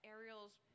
Ariel's